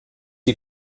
die